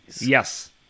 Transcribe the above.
Yes